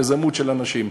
יזמוּת של אנשים.